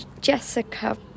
Jessica